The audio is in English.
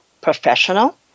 professional